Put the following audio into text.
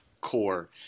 core